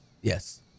Yes